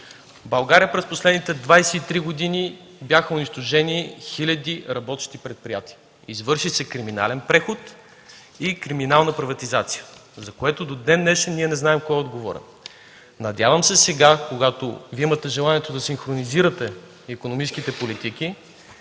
България през последните 23 години бяха унищожени хиляди работещи предприятия, извърши се криминален преход и криминална приватизация, за което до ден-днешен ние не знаем кой е отговорен. Надявам се сега, когато имате желанието да синхронизирате икономическите политики,